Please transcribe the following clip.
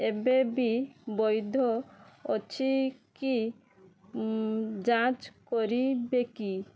ଏବେବି ବୈଧ ଅଛି କି ଯାଞ୍ଚ କରିବେ କି